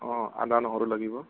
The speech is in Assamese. অঁ আদা নহৰু লাগিব